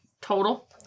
total